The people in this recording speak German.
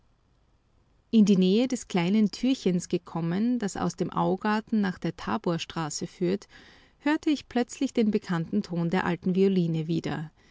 in die nähe des kleinen türchens gekommen das aus dem augarten nach der taborstraße führt hörte ich plötzlich den bekannten ton der alten violine wieder